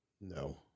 No